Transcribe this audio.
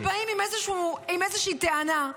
כשבאים עם איזושהי טענה,